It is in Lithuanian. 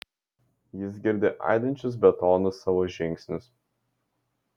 jis girdi aidinčius betonu savo žingsnius